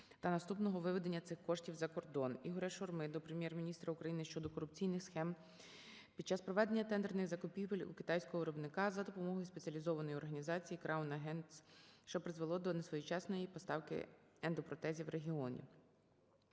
та наступного виведення цих коштів за кордон. ІгоряШурми до Прем'єр-міністра України щодо корупційних схем під час проведення тендерних закупівель у китайського виробника за допомогою спеціалізованої організації Краун Агентс, що призвело до несвоєчасної поставки ендопротезів в регіони.